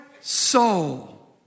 Soul